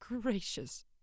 gracious